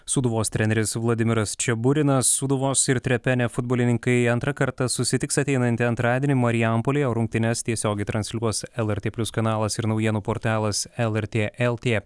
sūduvos treneris vladimiras čeburinas sūduvos ir trepene futbolininkai antrą kartą susitiks ateinantį antradienį marijampolėj o rungtynes tiesiogiai transliuos lrt plius kanalas ir naujienų portalas lrt lt